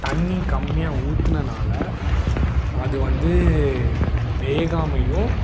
தண்ணி கம்மியாக ஊத்துனனால் அது வந்து வேகாமையும்